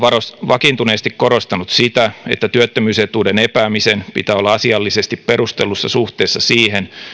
vakiintuneesti korostanut sitä että työttömyysetuuden epäämisen pitää olla asiallisesti perustellussa suhteessa siihen